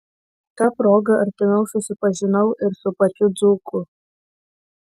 ta proga artimiau susipažinau ir su pačiu dzūku